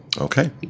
Okay